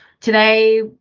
today